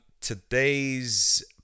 today's